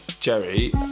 Jerry